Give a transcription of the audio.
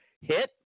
hit